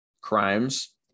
crimes